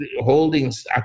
holdings